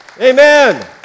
Amen